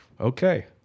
Okay